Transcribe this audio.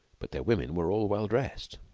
but their women were all well dressed.